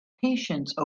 patience